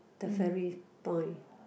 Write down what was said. the ferry point